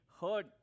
heard